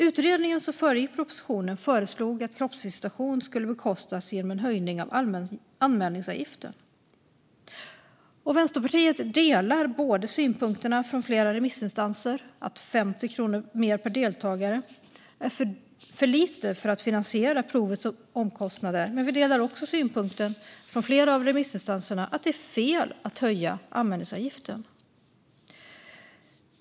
Utredningen som föregick propositionen föreslog att kroppsvisitation skulle bekostas genom en höjning av anmälningsavgiften. Vänsterpartiet delar synpunkten från flera remissinstanser att 50 kronor mer per deltagare är för lite för att finansiera provets omkostnader, och vi delar också synpunkten från flera remissinstanser att det är fel att höja anmälningsavgiften.